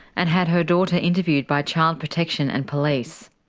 and had her daughter interviewed by child protection and police.